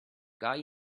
guy